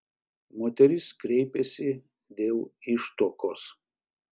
moteris kreipėsi dėl ištuokos